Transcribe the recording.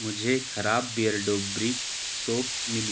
मुझे खराब Beardo brick soap मिली